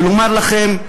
ואומר לכם: